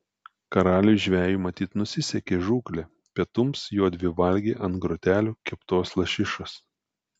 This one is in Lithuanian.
karaliui žvejui matyt nusisekė žūklė pietums jodvi valgė ant grotelių keptos lašišos